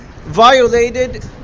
violated